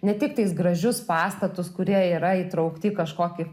ne tiktais gražius pastatus kurie yra įtraukti į kažkokį